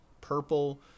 purple